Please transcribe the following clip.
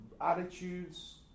attitudes